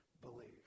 believe